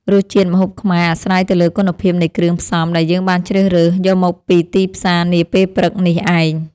រសជាតិម្ហូបខ្មែរអាស្រ័យទៅលើគុណភាពនៃគ្រឿងផ្សំដែលយើងបានជ្រើសរើសយកមកពីទីផ្សារនាពេលព្រឹកនេះឯង។